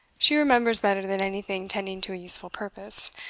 she remembers better than anything tending to a useful purpose,